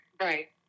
right